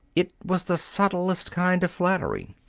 it was the subtlest kind of flattery.